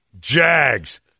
Jags